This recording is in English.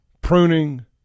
pruning